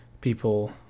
people